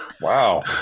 Wow